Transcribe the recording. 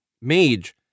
mage